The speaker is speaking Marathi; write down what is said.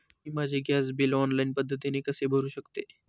मी माझे गॅस बिल ऑनलाईन पद्धतीने कसे भरु शकते?